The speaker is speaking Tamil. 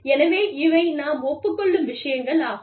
எனவே இவை நாம் ஒப்புக் கொள்ளும் விஷயங்கள் ஆகும்